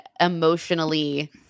emotionally